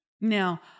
Now